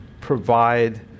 provide